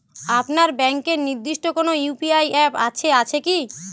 আপনার ব্যাংকের নির্দিষ্ট কোনো ইউ.পি.আই অ্যাপ আছে আছে কি?